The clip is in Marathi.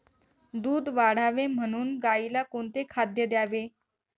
दूध वाढावे म्हणून गाईला कोणते खाद्य द्यावे?